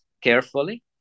carefully